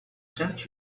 sent